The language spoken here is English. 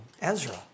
Ezra